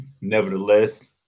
Nevertheless